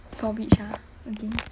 for which one again